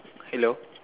hello